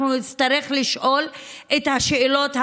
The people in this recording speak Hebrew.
אנחנו נצטרך לשאול את השאלות המהותיות.